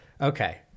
Okay